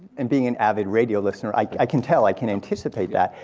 and being an avid radio listener, i can tell, i can anticipate that.